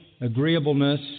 agreeableness